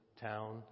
town